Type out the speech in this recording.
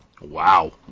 wow